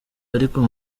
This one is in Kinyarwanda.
ariko